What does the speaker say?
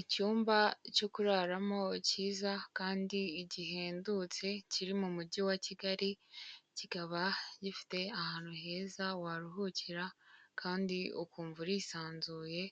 Icyumba cyo kuraramo kiza kandi gihendutse kiri mu mujyi wa Kigali, kikaba gifite ahantu heza waruhukira kandi ukumva urisanzuye,